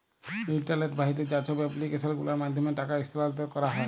ইলটারলেট বাহিত যা ছব এপ্লিক্যাসল গুলার মাধ্যমে টাকা ইস্থালাল্তর ক্যারা হ্যয়